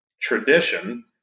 tradition